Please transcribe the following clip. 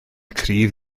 cryf